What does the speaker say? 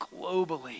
globally